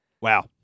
Wow